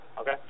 Okay